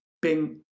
bing